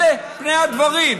אלה פני הדברים.